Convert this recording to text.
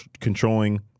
controlling